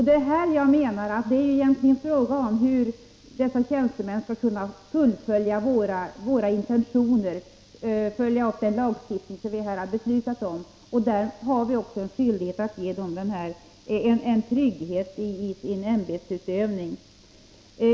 Det är egentligen en fråga om hur dessa tjänstemän skall kunna fullfölja våra intentioner i den lagstiftning som vi har beslutat om. Vi har också en skyldighet att ge dem trygghet i sin ämbetsutövning.